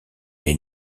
les